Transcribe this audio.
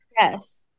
Yes